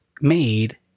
made